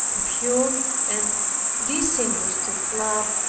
a pure and disinterested love,